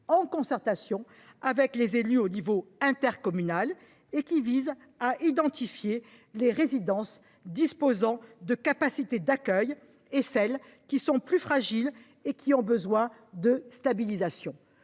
en concertation avec les élus à l’échelon intercommunal, qui vise à identifier les résidences disposant de capacités d’accueil et celles, plus fragiles, ayant besoin de stabilisation.